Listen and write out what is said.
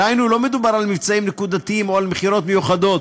דהיינו לא מדובר במבצעים נקודתיים או במכירות מיוחדות,